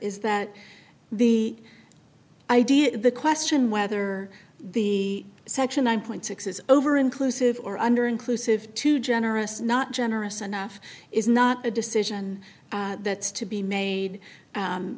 is that the idea the question whether the section one point six is over inclusive or under inclusive too generous not generous enough is not a decision that's to be made